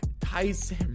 Tyson